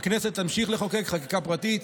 הכנסת תמשיך לחוקק חקיקה פרטית.